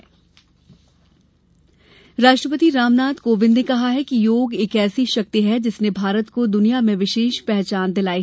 राष्ट्रपति राष्ट्रपति रामनाथ कोविंद ने कहा है कि योग एक ऐसी शक्ति है जिसने भारत को दुनिया में विशेष पहचान दिलायी